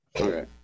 Okay